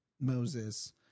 Moses